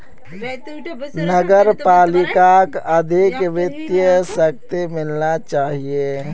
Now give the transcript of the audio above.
नगर पालिकाक अधिक वित्तीय शक्ति मिलना चाहिए